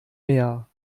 mehr